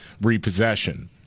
repossession